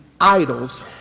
idols